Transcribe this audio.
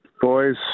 Boys